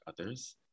others